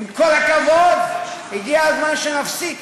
עם כל הכבוד, הגיע הזמן שנפסיק